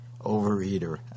overeater